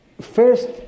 First